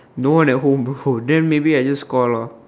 no one at home bro then maybe I just call lah